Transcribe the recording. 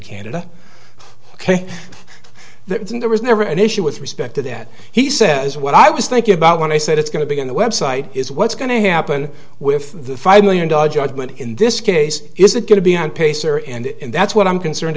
that there was never an issue with respect to that he says what i was thinking about when i said it's going to be on the website is what's going to happen with the five million dollars judgment in this case is it going to be on pacer and that's what i'm concerned